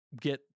get